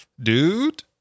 dude